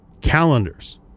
calendars